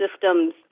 system's